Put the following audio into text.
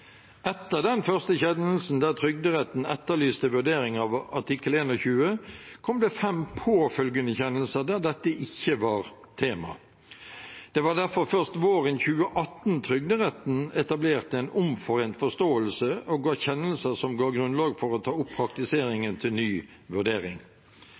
Etter den første kjennelsen der Trygderetten etterlyste vurdering av artikkel 21, kom det fem påfølgende kjennelser der dette ikke var tema. Det var derfor først våren 2018 Trygderetten etablerte en omforent forståelse og ga kjennelser som ga grunnlag for å ta opp